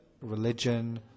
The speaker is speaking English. religion